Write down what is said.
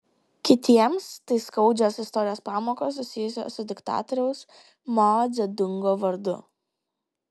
kitiems tai skaudžios istorijos pamokos susijusios su diktatoriaus mao dzedungo vardu